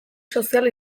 sozial